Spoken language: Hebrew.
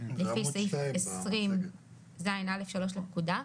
לפי סעיף 20 ז' א' 3 לפקודה,